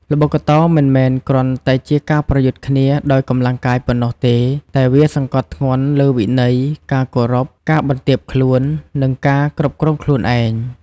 ល្បុក្កតោមិនមែនគ្រាន់តែជាការប្រយុទ្ធគ្នាដោយកម្លាំងកាយប៉ុណ្ណោះទេ តែវាសង្កត់ធ្ងន់លើវិន័យ ការគោរព ការបន្ទាបខ្លួន និងការគ្រប់គ្រងខ្លួនឯង។